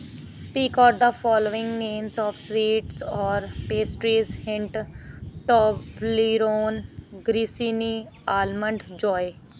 speak out the following names of sweets or pastries hint Toblerone grissini almond joy